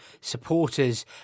supporters